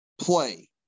play